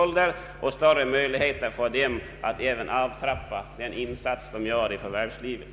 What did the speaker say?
vidgad förtidspensionering, m.m. möjligheter för dem att efter egen önskan även avtrappa den insats de gör i förvärvslivet.